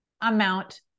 amount